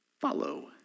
follow